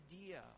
idea